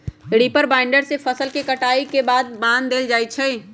reaper binder से फसल के कटाई के बाद बान देल जाई छई